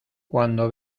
cuando